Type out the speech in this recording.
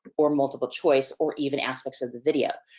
or multiple choice or even aspects of the video.